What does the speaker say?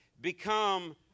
become